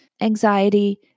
anxiety